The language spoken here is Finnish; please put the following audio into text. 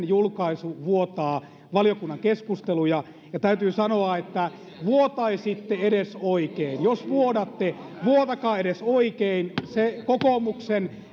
julkaisu vuotaa valiokunnan keskusteluja ja täytyy sanoa että vuotaisitte edes oikein jos vuodatte vuotakaa edes oikein se kokoomuksen